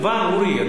אורי אריאל,